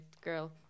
girl